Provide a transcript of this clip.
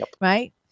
right